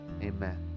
amen